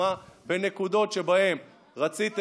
בן גביר מושך אתכם, בן גביר מושך אתכם